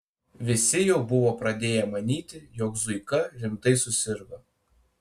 visi jau buvo pradėję manyti jog zuika rimtai susirgo